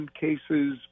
cases